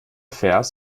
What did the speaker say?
vers